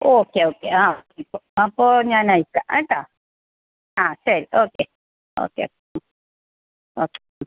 okay okay ആ ഇപ്പോൾ അപ്പോൾ ഞാൻ അയക്കാം കേട്ടോ ആ ശരി ഓക്കെ ഓക്കെ ഓക്കെ